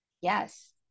yes